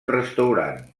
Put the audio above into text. restaurant